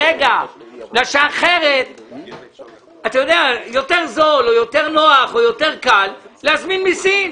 אתה יודע שיותר זול או יותר נוח או יותר קל להזמין מסין.